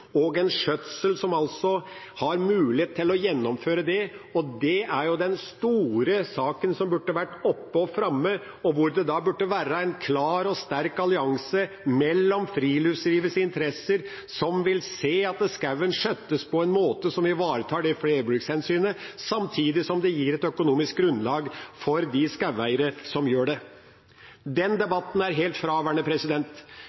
og en skjøtsel som gir mulighet til å gjennomføre det. Det er den store saken som burde vært oppe og framme, og hvor det burde være en klar og sterk allianse mellom friluftslivets interesser, som vil se at skogen skjøttes på en måte som ivaretar flerbrukshensynet, samtidig som det gir et økonomisk grunnlag for de skogeierne som gjør det. Den